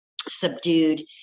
subdued